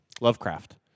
Lovecraft